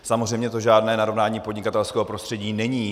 Samozřejmě to žádné narovnání podnikatelského prostředí není.